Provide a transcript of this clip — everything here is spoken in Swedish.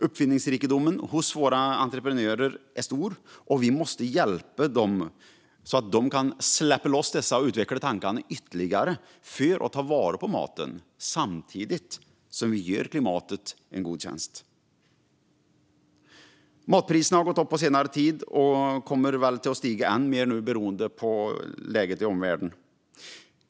Uppfinningsrikedomen hos våra entreprenörer är stor, och vi måste hjälpa dem så att de kan släppa loss och utveckla dessa tankar ytterligare för att ta vara på maten samtidigt som vi gör klimatet en god tjänst. Matpriserna har gått upp på senare tid och kommer väl att stiga ännu mer beroende på läget i omvärlden.